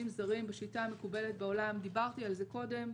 זרים בשיטה המקובלת בעולם דיברתי על זה קודם.